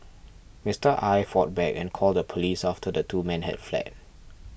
Mister Aye fought back and called the police after the two men had fled